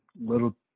little